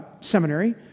Seminary